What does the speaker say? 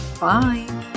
Bye